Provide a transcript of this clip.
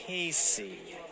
Casey